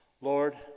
Lord